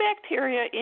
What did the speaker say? bacteria